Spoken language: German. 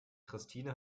christine